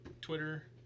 Twitter